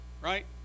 right